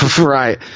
Right